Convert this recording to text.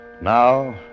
Now